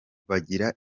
bagira